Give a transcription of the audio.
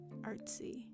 artsy